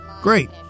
Great